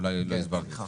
אולי לא הסברתי טוב.